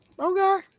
okay